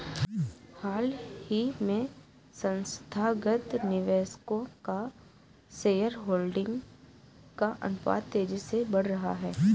हाल ही में संस्थागत निवेशकों का शेयरहोल्डिंग का अनुपात तेज़ी से बढ़ रहा है